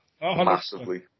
massively